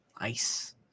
nice